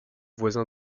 voisin